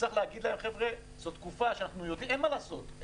שצריכים לומר להם: אין מה לעשות,